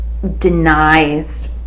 denies